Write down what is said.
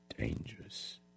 dangerous